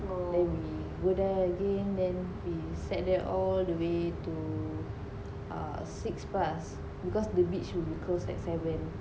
then we go there again then we set there all the way to err six bus because the beach will be closed at seven